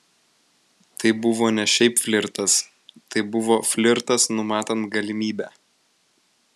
tai buvo ne šiaip flirtas tai buvo flirtas numatant galimybę